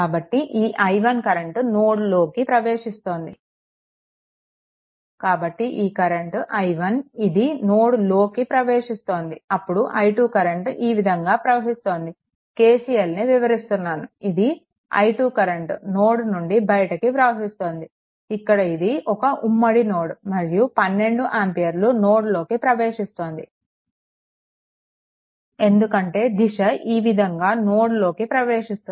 కాబట్టి ఈ i1 current నోడ్లోకి ప్రవేశిస్తుంది కాబట్టి ఈ కరెంట్ i1 ఇది నోడ్లోకి ప్రవేశిస్తుంది అప్పుడు i2 కరెంట్ ఈ విధంగా ప్రవహిస్తోంది KCLను వివరిస్తున్నాను ఇది i2 కరెంట్ నోడ్ నుండి బయటికి ప్రవహిస్తోంది ఇక్కడ ఇది ఒకఉమ్మడి నోడ్ మరియు 12 ఆంపియర్లు నోడ్లోకి ప్రవేశిస్తుంది ఎందుకంటే దిశ ఈ విధంగా నోడ్లోకి ప్రవేశిస్తుంది